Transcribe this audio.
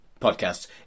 podcasts